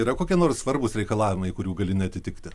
yra kokie nors svarbūs reikalavimai kurių gali neatitikti